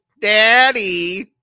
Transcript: Daddy